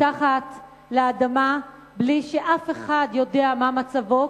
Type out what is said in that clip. מתחת לאדמה בלי שאף אחד יודע מה מצבו,